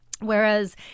Whereas